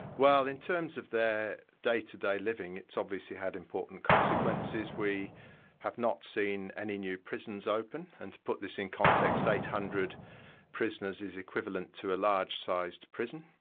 well in terms of their day-to-day living, it's obviously had important consequences. we have not seen any new prisons open and to put this in context, eight hundred prisoners is equivalent to a large-sized prison.